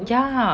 ya